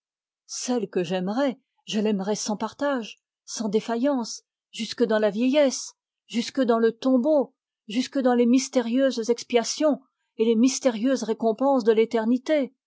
celle que j'aimerai je l'aimerai sans partage sans défaillance jusque dans la vieillesse jusque dans le tombeau jusque dans les mystérieuses expiations et les mystérieuses récompenses de l'éternité